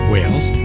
Wales